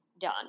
done